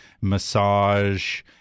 massage